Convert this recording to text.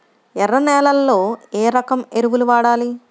ఎర్ర నేలలో ఏ రకం ఎరువులు వాడాలి?